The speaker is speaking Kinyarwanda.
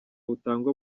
butangwa